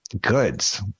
goods